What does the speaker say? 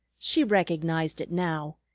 she recognized it now.